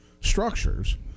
structures